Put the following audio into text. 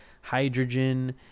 hydrogen